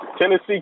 Tennessee